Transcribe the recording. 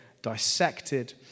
dissected